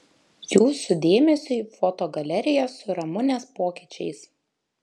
jūsų dėmesiui foto galerija su ramunės pokyčiais